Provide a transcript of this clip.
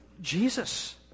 Jesus